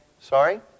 Sorry